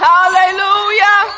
Hallelujah